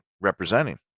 representing